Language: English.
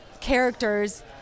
characters